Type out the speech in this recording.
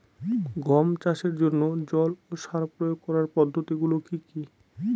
গম চাষের জন্যে জল ও সার প্রয়োগ করার পদ্ধতি গুলো কি কী?